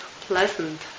pleasant